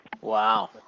Wow